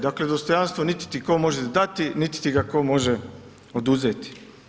Dakle, dostojanstvo niti ti tko može dati niti ti ga tko može oduzeti.